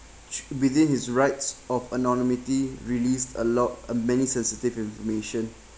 within his rights of anonymity released a lot uh many sensitive information